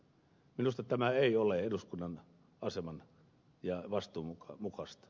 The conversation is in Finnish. minusta tämä ei ole eduskunnan aseman ja vastuun mukaista